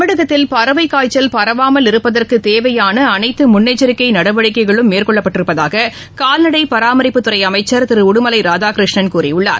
தமிழகத்தில் பறவைக் காய்ச்சல் பரவாமல் இருப்பதற்கு தேவையான அனைத்து முன்னெச்சரிக்கை நடவடிக்கைகளும் மேற்கொள்ளப்பட்டிருப்பதாக கால்நடை பராமரிப்புத் துறை அமைச்சர் திரு உடுமலை ராதாகிருஷ்ணன் கூறியுள்ளார்